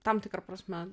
tam tikra prasme